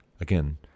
again